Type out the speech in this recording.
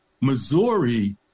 Missouri